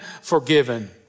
forgiven